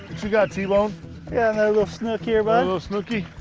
you got, t-bone? yeah and a little snook here, buddy. a little snooky.